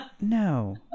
No